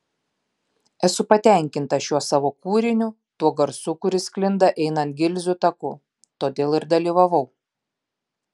esu patenkinta šiuo savo kūriniu tuo garsu kuris sklinda einant gilzių taku todėl ir dalyvavau